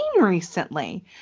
recently